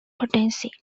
potency